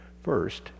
First